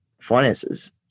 finances